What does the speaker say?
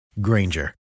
Granger